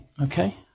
Okay